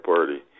Party